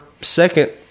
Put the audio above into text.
second